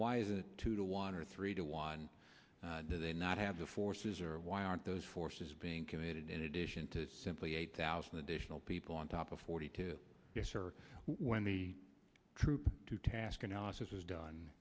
why is it two to one or three to one do they not have the forces or why aren't those forces being committed in addition to simply eight thousand additional people on top of forty two when the troop to task analysis is done